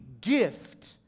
gift